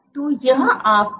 तोयह आप प्राप्त करेंगे